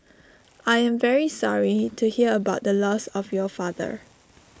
I am very sorry to hear about the loss of your father